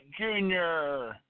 Junior